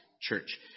church